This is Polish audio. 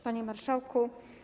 Panie Marszałku!